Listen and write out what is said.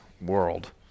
world